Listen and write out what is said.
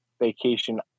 vacation